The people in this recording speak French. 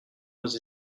aux